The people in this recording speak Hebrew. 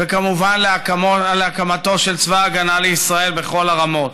וכמובן להקמתו של צבא ההגנה לישראל, בכל הרמות.